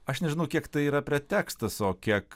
aš nežinau kiek tai yra pretekstas o kiek